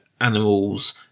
animals